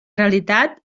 realitat